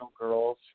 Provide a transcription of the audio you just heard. girls